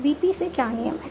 VP से क्या नियम हैं